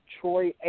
Troy